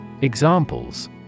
Examples